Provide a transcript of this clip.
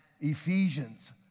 Ephesians